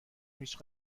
هیچ